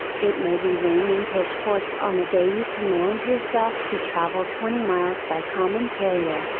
it may be raining pitchforks on the day you command yourself to travel twenty miles by common carrier.